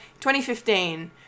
2015